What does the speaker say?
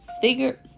figure